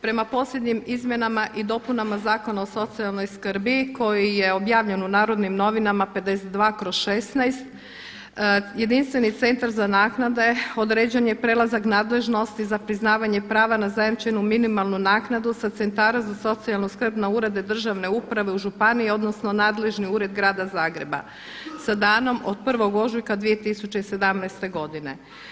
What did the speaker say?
Prema posljednjim izmjenama i dopunama Zakona o socijalnoj skrbi koji je objavljen u NN 52/16 jedinstveni centar za naknade određen je prelazak nadležnosti za priznavanja prava na zajamčenu minimalnu naknadu sa centara za socijalnu skrb na urede državne uprave u županiji odnosno nadležni ured grada Zagreba sa danom od 1. ožujka 2017. godine.